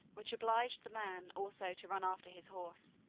which obliged the man also to run after his horse,